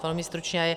Velmi stručně.